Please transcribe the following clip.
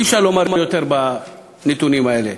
אי-אפשר לומר "יותר", בנתונים האלה.